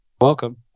Welcome